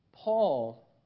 Paul